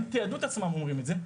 הם תיעדו את עצמם אומרים את זה.